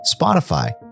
Spotify